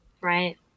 right